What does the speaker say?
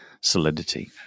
solidity